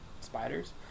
spiders